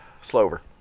Slover